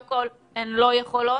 אבל הן לא יכולות